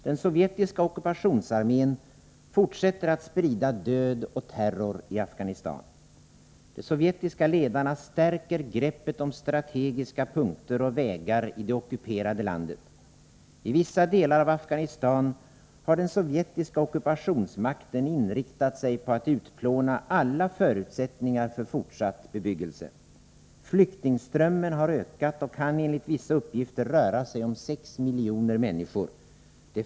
Den sovjetiska ockupationsarmén fortsätter att sprida död och terror i Afghanistan. De sovjetiska ledarna stärker greppet om strategiska punkter och vägar i det ockuperade landet. I vissa delar av Afghanistan har den sovjetiska ockupationsmakten inriktat sig på att utplåna alla förutsättningar för fortsatt bebyggelse. Flyktingströmmen har ökat. Det kan enligt vissa uppgifter röra sig om sex miljoner människor.